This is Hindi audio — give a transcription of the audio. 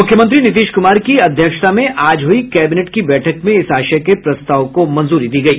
मुख्यमंत्री नीतीश कुमार की अध्यक्षता में आज हुई कैबिनेट की बैठक में इस आशय के प्रस्ताव को मंजूरी दी गई